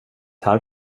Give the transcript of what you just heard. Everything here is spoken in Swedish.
här